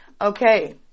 Okay